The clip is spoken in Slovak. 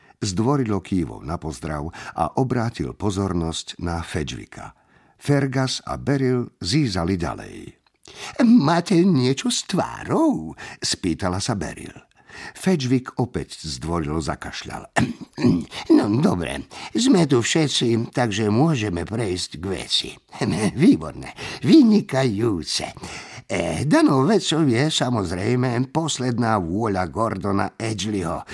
Zdvorilo kývol na pozdrav a obrátil pozornosť na Fedžvika. Fergus a Beryl zízali ďalej. "Máte niečo s tvárou?" spýtala sa Beryl. Fedžvik opäť zdvorilo zakašľal. "No, dobre, sme tu všetci, takže môžeme prejsť k veci. Výborné, vynikajúce. Eh, danou vecou je samozrejme posledná vôľa Gordona Edgleyho."